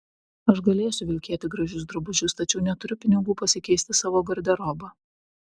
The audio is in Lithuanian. aš galėsiu vilkėti gražius drabužius tačiau neturiu pinigų pasikeisti savo garderobą